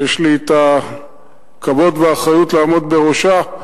שיש לי הכבוד והאחריות לעמוד בראשה,